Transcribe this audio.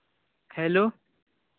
hello